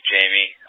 Jamie